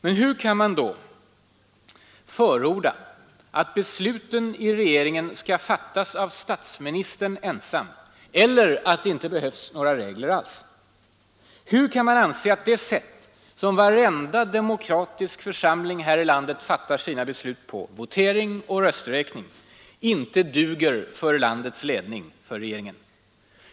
Men hur kan man då förorda att besluten i regeringen skall fattas av statsministern ensam eller säga att det inte behövs några regler alls? Hur kan man anse att det sätt som varenda demokratisk församling här i landet fattar sina beslut på — votering och rösträkning — inte duger för landets ledning, för regeringen?